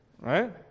Right